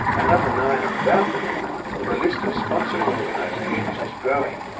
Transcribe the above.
another nine are about to be, and the list of sponsoring organisations is growing.